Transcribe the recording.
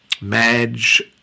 Madge